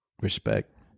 Respect